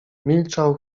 milczał